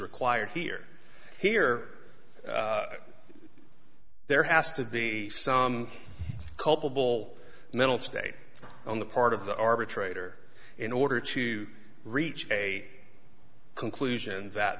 required here here there has to be some culpable mental state on the part of the arbitrator in order to reach a conclusion that